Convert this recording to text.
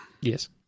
yes